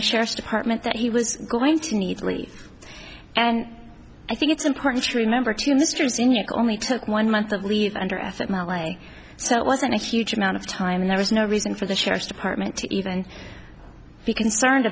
the sheriff's department that he was going to need to leave and i think it's important to remember too mr zinni it only took one month of leave under us that my way so it wasn't a huge amount of time there was no reason for the sheriff's department to even be concerned